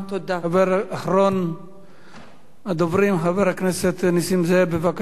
אחרון הדוברים, חבר הכנסת נסים זאב, בבקשה.